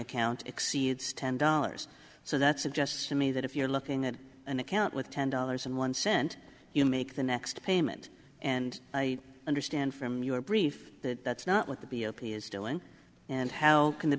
account exceeds ten dollars so that suggests to me that if you're looking at an account with ten dollars and one cent you make the next payment and i understand from your brief that that's not what the b o p is dylan and how can the